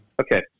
Okay